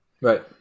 Right